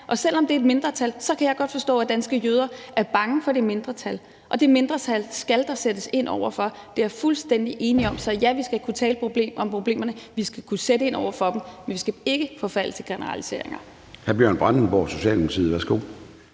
og selv om det er et mindretal, kan jeg godt forstå, at danske jøder er bange for det mindretal, og det mindretal skal der sættes ind over for. Det er jeg fuldstændig enig i. Så ja, vi skal kunne tale om problemerne; vi skal kunne sætte ind over for dem, men vi skal ikke forfalde til generaliseringer.